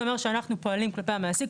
זה אומר שאנחנו פועלים כלפי המעסיק,